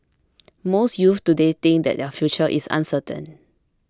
most youths today think that their future is uncertain